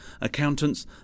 accountants